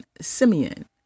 Simeon